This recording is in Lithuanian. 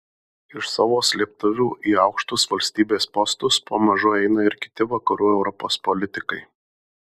iš savo slėptuvių į aukštus valstybės postus pamažu eina ir kiti vakarų europos politikai